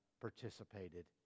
participated